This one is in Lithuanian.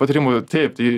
patarimų taip tai